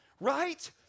right